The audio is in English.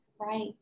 Right